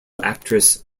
actress